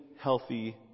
healthy